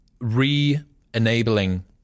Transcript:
re-enabling